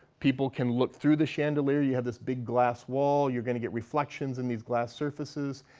people can look through the chandelier. you have this big glass wall. you're going to get reflections in these glass surfaces.